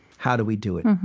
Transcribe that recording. how do we do it?